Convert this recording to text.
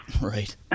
Right